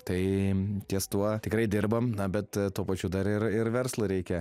tai ties tuo tikrai dirbam na bet tuo pačiu dar ir ir verslą reikia